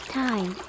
time